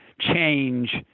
change